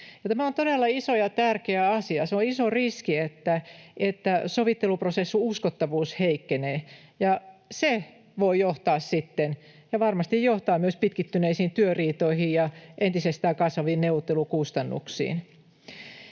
Tämä on todella iso ja tärkeä asia. Se on iso riski, että sovitteluprosessin uskottavuus heikkenee, ja se voi johtaa sitten — ja varmasti johtaa — myös pitkittyneisiin työriitoihin ja entisestään kasvaviin neuvottelukustannuksiin.